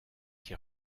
qui